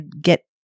get